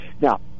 Now